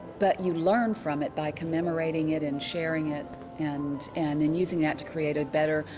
but you learn from it by commemorating it and sharing it and and then using that to create a better,